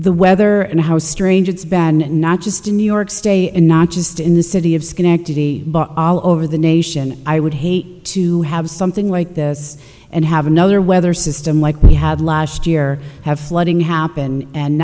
the weather and how strange it's been and not just in new york state and not just in the city of schenectady all over the nation i would hate to have something like this and have another weather system like we had last year have flooding happen and